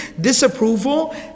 disapproval